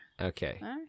Okay